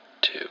two